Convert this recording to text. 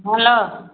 hello